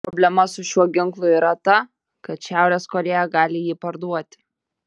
problema su šiuo ginklu yra ta kad šiaurės korėja gali jį parduoti